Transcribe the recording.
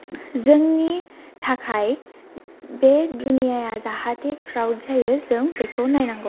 जोंनि थाखाय बे दुनियाया जाहाते फ्राउद जायो जों बेखौ नायनांगौ